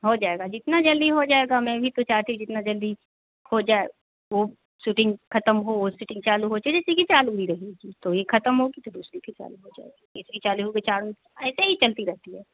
हो जाएगा जितना जल्दी हो जाएगा मैं भी तो चाहती हूँ जितना जल्दी हो जाए वो शूटिंग ख़त्म हो वो शूटिंग चालू हो चलिए अभी तो चालू ही रहेगी तो ये ख़त्म होगी तो दूसरी फिर चालू हो जाएगी तीसरी होगी चालू ऐसे ही चलता रहता है